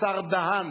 השר דהן